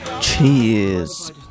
Cheers